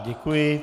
Děkuji.